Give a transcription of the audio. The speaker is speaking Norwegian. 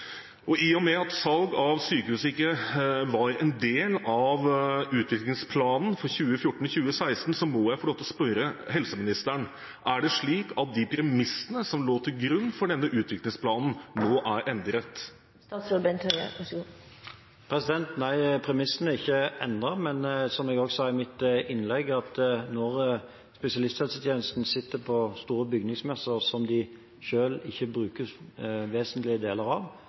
I og med at salg av sykehuset ikke var en del av utviklingsplanen for 2014–2016, må jeg få lov til å spørre helseministeren: Er det slik at de premissene som lå til grunn for denne utviklingsplanen, nå er endret? Nei, premissene er ikke endret. Som jeg også sa i mitt innlegg: Når spesialisthelsetjenesten sitter på store bygningsmasser som de selv ikke bruker vesentlige deler av,